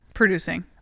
producing